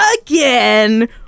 again